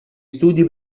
studi